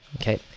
okay